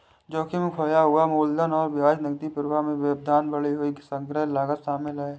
जोखिम, खोया हुआ मूलधन और ब्याज, नकदी प्रवाह में व्यवधान, बढ़ी हुई संग्रह लागत शामिल है